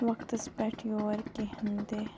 وقتَس پٮ۪ٹھ یور کِہیٖنۍ تہِ